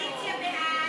סעיף תקציבי 31,